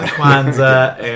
Kwanzaa